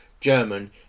German